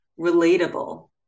relatable